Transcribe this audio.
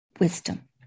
wisdom